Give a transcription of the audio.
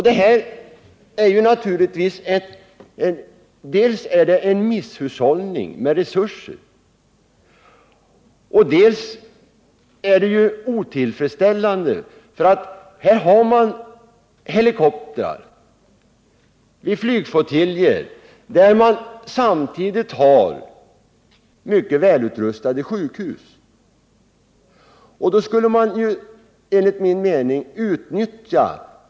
Detta är misshushållning med resurser, allra helst som man på de platser där helikoptrarna finns också har mycket välutrustade sjukhus.